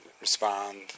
Respond